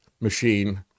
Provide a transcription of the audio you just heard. machine